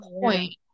point